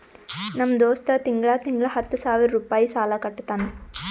ನಮ್ ದೋಸ್ತ ತಿಂಗಳಾ ತಿಂಗಳಾ ಹತ್ತ ಸಾವಿರ್ ರುಪಾಯಿ ಸಾಲಾ ಕಟ್ಟತಾನ್